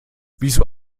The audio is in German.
wieso